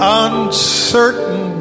uncertain